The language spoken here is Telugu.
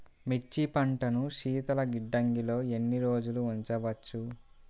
మిర్చి పంటను శీతల గిడ్డంగిలో ఎన్ని రోజులు ఉంచవచ్చు?